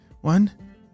One